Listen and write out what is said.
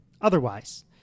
otherwise